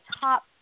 top